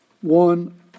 one